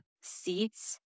seats